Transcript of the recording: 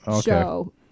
show